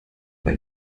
bei